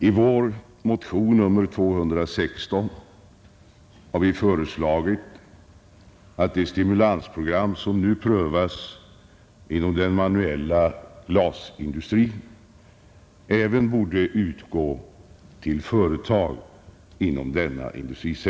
I vår motion nr 216 har vi föreslagit att det stimulansprogram som nu prövas inom den manuella glasindustrin även borde utgå till företag inom hushållsporslinsindustrin.